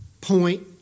point